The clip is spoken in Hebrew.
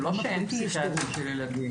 זה לא שאין פסיכיאטרים של ילדים,